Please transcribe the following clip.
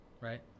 right